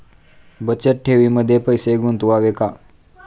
बचत ठेवीमध्ये पैसे गुंतवावे का?